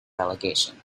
relegation